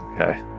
Okay